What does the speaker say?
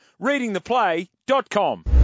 Readingtheplay.com